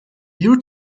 you